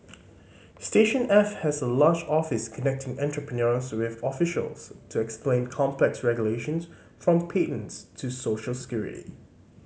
station F has a large office connecting entrepreneurs with officials to explain complex regulations from patents to social security